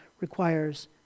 requires